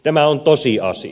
tämä on tosiasia